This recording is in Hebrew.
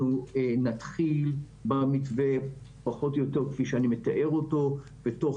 אנחנו נתחיל במתווה פחות או יותר כפי שאני מתאר אותו ותוך